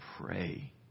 pray